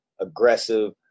aggressive